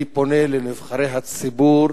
אני פונה לנבחרי הציבור: